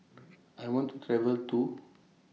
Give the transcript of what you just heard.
I want to travel to